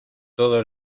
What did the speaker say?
todo